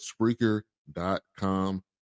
Spreaker.com